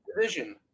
division